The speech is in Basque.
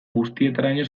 guztietaraino